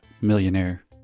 millionaire